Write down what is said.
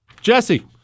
Jesse